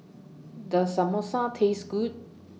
Does Samosa Taste Good